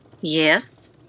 Yes